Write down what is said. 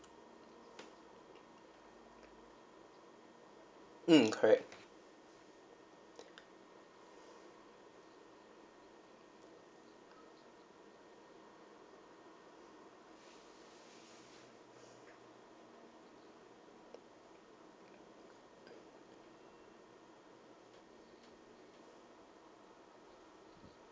mm correct